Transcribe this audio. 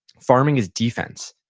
farming is defense,